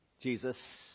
Jesus